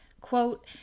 quote